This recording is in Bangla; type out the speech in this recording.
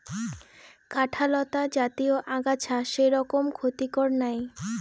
কাঁটালতা জাতীয় আগাছা সেরকম ক্ষতিকর নাই